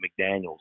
McDaniels